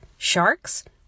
Sharks